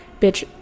bitch